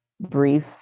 brief